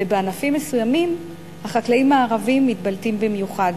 ובענפים מסוימים החקלאים הערבים מתבלטים במיוחד.